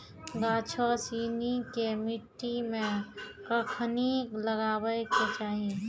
गाछो सिनी के मट्टी मे कखनी लगाबै के चाहि?